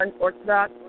orthodox